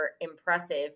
impressive